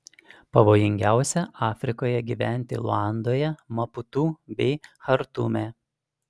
pavojingiausia afrikoje gyventi luandoje maputu bei chartume